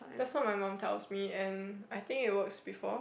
that's what my mum tells me and I think it works before